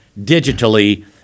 digitally